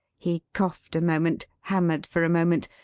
he coughed a moment, hammered for a moment,